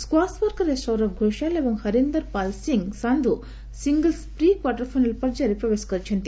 squash ବର୍ଗରେ ସୌରଭ ଘୋଷାଲ ଏବଂ Harinder Pal Singh Sandhu singles pre quarterfinal ପର୍ଯ୍ୟାୟରେ ପ୍ରବେଶ କରିଛନ୍ତି